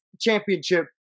championship